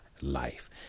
life